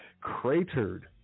cratered